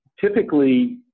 typically